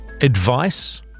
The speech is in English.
advice